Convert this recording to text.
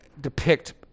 depict